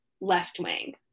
left-wing